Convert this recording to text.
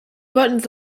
buttons